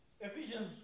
Ephesians